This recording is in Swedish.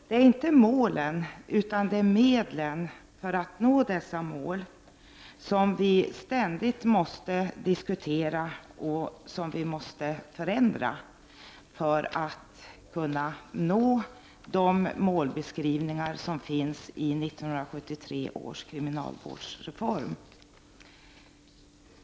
Det är inte målen, utan medlen för att nå dessa mål, som vi ständigt måste diskutera och förändra, för att nå de mål som finns beskrivna i 1973 års kriminalvårdsreform.